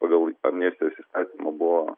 pagal amnestijos įstatymą buvo